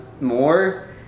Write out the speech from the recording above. more